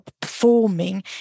performing